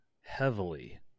heavily